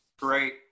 great